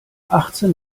achtzehn